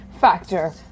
factor